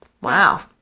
wow